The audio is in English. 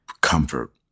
comfort